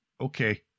Okay